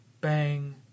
bang